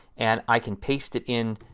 and i can paste it in,